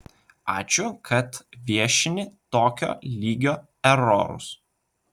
ačiū kad viešini tokio lygio erorus